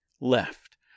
left